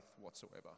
whatsoever